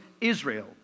Israel